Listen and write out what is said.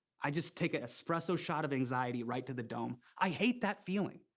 i just take an espresso shot of anxiety right to the dome. i hate that feeling.